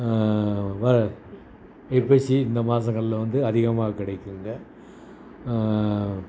வ ஐப்பசி இந்த மாதங்கள்ல வந்து அதிகமாக கிடைக்குங்க